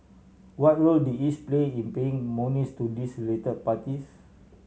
what role did each play in paying monies to these relate parties